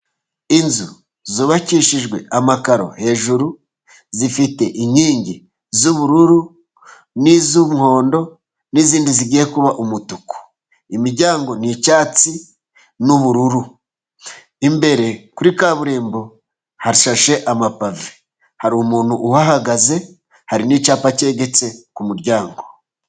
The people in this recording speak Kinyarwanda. Inzu zubakishijwe amakaro hejuru, zifite inkingi z'ubururu, n'iz'umuhondo, n'izindi zigiye kuba umutuku. Imiryango ni icyatsi n'ubururu. Imbere kuri kaburimbo hashashe amapave. Hari umuntu uhahagaze, hari n'icyapa cyegetse ku muryango.